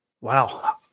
Wow